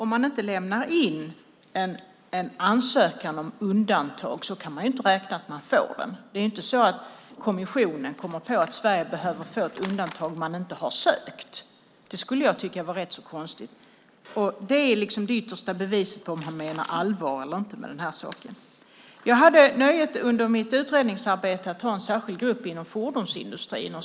Om man inte lämnar in någon ansökan om undantag kan man ju inte räkna med att få den beviljad. Kommissionen lär ju inte tilldela Sverige ett undantag som vi inte har sökt. Det skulle jag tycka var rätt konstigt. Det är liksom det yttersta beviset på om man menar allvar eller inte med den här saken. Under mitt utredningsarbete hade jag nöjet att ha en särskild grupp i fordonsindustrin.